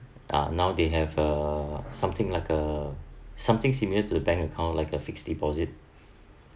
ah now they have a something like a something similar to the bank account like a fixed deposit